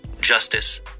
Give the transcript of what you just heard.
justice